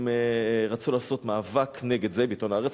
הם רצו לעשות מאבק נגד זה בעיתון "הארץ".